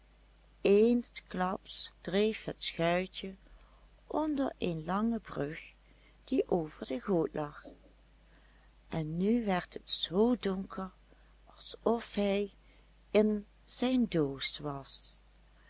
eensklaps dreef het schuitje onder een lange brug die over de goot lag en nu werd het zoo donker alsof hij in zijn doos was